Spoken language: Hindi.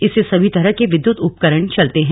इससे सभी तरह के विद्युत उपकरण चलते हैं